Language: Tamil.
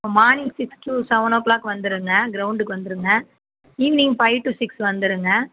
இப்போ morning six to seven o'clock வந்துருங்க கிரௌண்டுக்கு வந்துருங்க ஈவினிங் ஃபைவ் டூ சிக்ஸ் வந்துருங்க